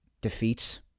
defeats